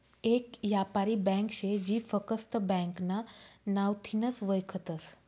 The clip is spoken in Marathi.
येक यापारी ब्यांक शे जी फकस्त ब्यांकना नावथीनच वयखतस